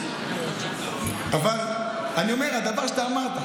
אבל הדבר שאמרת,